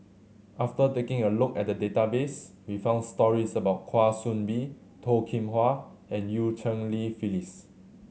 after taking a look at the database we found stories about Kwa Soon Bee Toh Kim Hwa and Eu Cheng Li Phyllis